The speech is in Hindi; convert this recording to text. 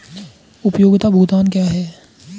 उपयोगिता भुगतान क्या हैं?